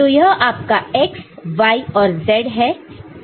तो यह आपका x y और z है